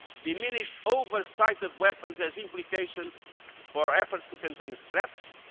diminished oversight of weapons has implications for our efforts to contain threats,